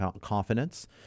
confidence